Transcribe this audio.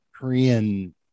Korean